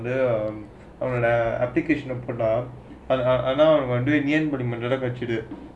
the um application of product and are now am wondering கிடைச்சுது:kidaichchuthu